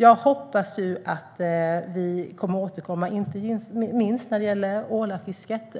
Jag hoppas att vi kommer att återkomma, inte minst när det gäller ålafisket.